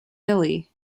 millie